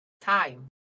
time